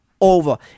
over